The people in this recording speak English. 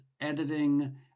editing